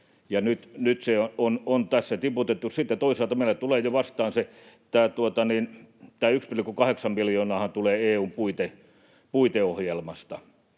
nyt se on tässä tiputettu. Sitten toisaalta meille tulee jo vastaan se... Tämä 1,8 miljoonaahan tulee EU:n puiteohjelmasta,